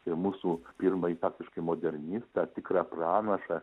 ir mūsų pirmąjį faktiškai modernistą tikrą pranašą